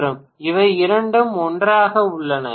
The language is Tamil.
பேராசிரியர் இவை இரண்டும் ஒன்றாக உள்ளன